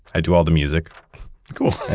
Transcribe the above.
i do all the music cool.